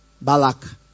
balak